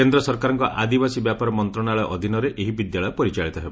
କେନ୍ଦ୍ର ସରକାରଙ୍କ ଆଦିବାସୀ ବ୍ୟାପାର ମନ୍ତଶାଳୟ ଅଧୀନରେ ଏହି ବିଦ୍ୟାଳୟ ପରିଚାଳିତ ହେବ